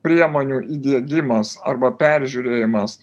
priemonių įdiegimas arba peržiūrėjimas